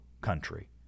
country